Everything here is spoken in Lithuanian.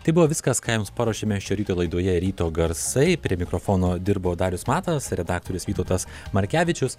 tai buvo viskas ką jiems paruošėme šio ryto laidoje ryto garsai prie mikrofono dirbo darius matas redaktorius vytautas markevičius